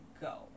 go